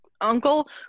uncle